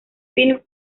film